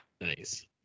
Nice